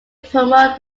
promote